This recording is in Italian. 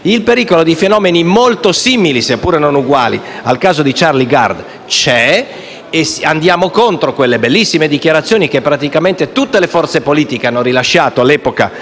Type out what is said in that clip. c'è. Andiamo così contro quelle bellissime dichiarazioni che praticamente tutte le forze politiche hanno rilasciato all'epoca del terribile avvenimento che ha riguardato Charlie Gard.